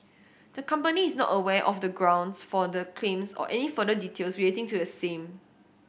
the company is not aware of the grounds for the claims or any further details relating to the same